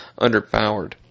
underpowered